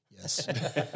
yes